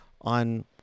on